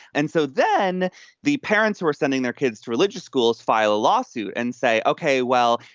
and so then the parents who are sending their kids to religious schools file a lawsuit and say, okay well,